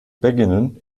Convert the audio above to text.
beginnen